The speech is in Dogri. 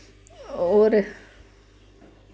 और